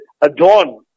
adorn